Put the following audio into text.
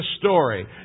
story